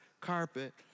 carpet